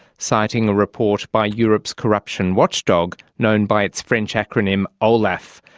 citing a report by europe's corruption watchdog known by its french acronym olaf.